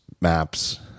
maps